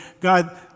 God